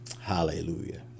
Hallelujah